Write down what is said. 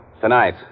Tonight